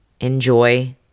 Enjoy